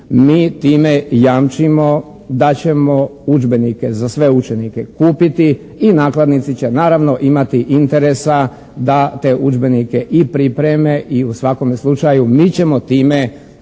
Mi time jamčimo da ćemo udžbenike za sve učenike kupiti i nakladnici će naravno imati interesa da te udžbenike i pripreme i u svakome slučaju mi ćemo time